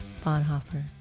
Bonhoeffer